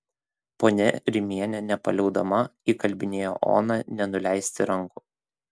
ponia rimienė nepaliaudama įkalbinėjo oną nenuleisti rankų